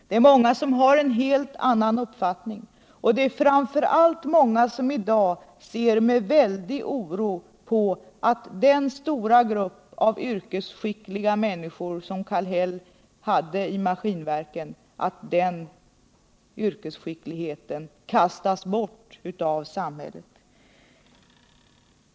Det är många som har en helt annan uppfattning, och det är framför allt många som i dag ser med väldig oro på att den yrkesskicklighet som Kallhäll hade i en stor grupp människor på Maskinverken kastas bort av samhället.